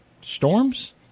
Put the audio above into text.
storms